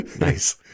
Nice